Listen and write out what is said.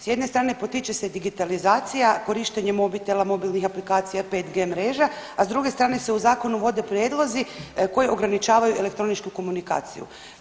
S jedne strane potiče se digitalizacija, korištenje mobitela, mobilnih aplikacija 5G mreža, a s druge strane se u zakon uvode prijedlozi koji ograničavaju elektroničku komunikaciju.